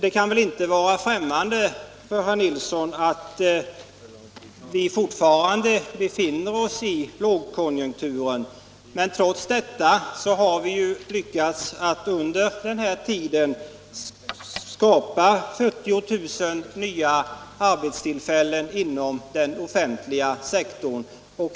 Det kan väl inte vara främmande för herr Nilsson att vi fortfarande befinner oss i lågkonjunkturen. Trots detta har vi lyckats att under denna tid skapa 40 000 nya arbetstillfällen inom den offentliga sektorn.